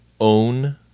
own